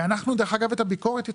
ואת הביקורת אנחנו,